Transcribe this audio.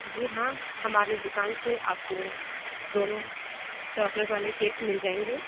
जी हाँ हमारे दुकान से आपको दोनों चॉकलेट वाले केक मिल जाएंगे